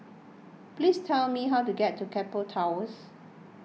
please tell me how to get to Keppel Towers